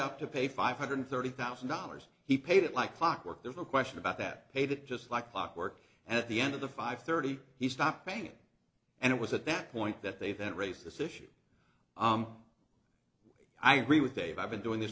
up to pay five hundred thirty thousand dollars he paid it like clockwork there's no question about that paid it just like clockwork and at the end of the five thirty he stopped paying it and it was at that point that they that raised this issue i agree with dave i've been doing this